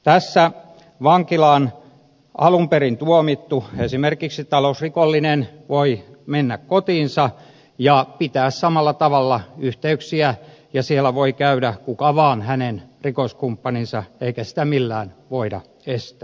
tässä vankilaan alun perin tuomittu esimerkiksi talousrikollinen voi mennä kotiinsa ja pitää samalla tavalla yhteyksiä ja siellä voi käydä kuka vaan hänen rikoskumppaninsa eikä sitä millään voida estää